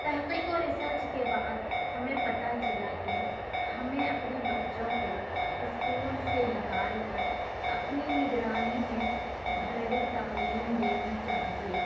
تحقیق و ریسرچ کے بعد ہمیں پتہ چلا کہ ہمیں اپنے بچوں کو اسکول سے نکال کر اپنی نگرانی میں گھریلو تعلیم دینی چاہیے